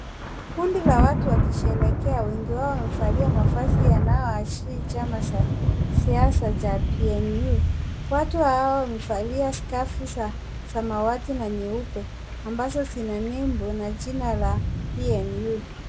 Kundi la watu wakisherekea wengi wao wamevalia mavazi yanayoashiria chama cha siasa cha PNU. Watu hawa wamevalia skafu za samawati na nyeupe ambazo zina nembo ya PNU.